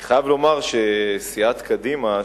אני חייב לומר שסיעת קדימה,